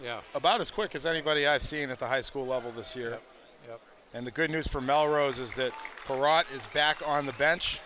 yeah about as quick as anybody i've seen at the high school level this year and the good news for melrose is that the rock is back on the bench